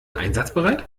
einsatzbereit